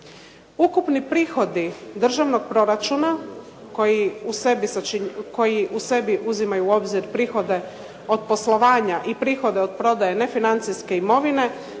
Ukupni prihodi državnog proračuna koji u sebi uzimaju u obzir prihode od poslovanja i prihode od prodaje nefinancijske imovine